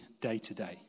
day-to-day